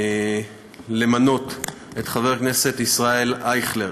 למנות את חבר הכנסת ישראל אייכלר